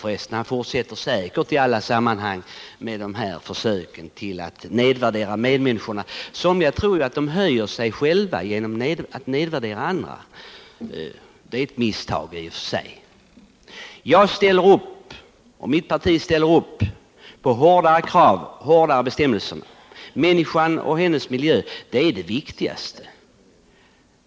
Jörn Svensson fortsätter helt säkert försöken att nedvärdera sina medmänniskor — somliga tror ju att de höjer sig själva genom att nedvärdera andra, vilket är ett misstag i och för sig. Låt mig då än en gång säga att jag ställer upp och mitt parti ställer upp på hårdare krav och hårdare bestämmelser. Människan och hennes miljö är det viktigaste.